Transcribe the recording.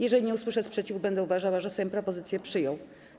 Jeżeli nie usłyszę sprzeciwu, będę uważała, że Sejm propozycję przyjął.